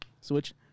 switch